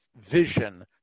vision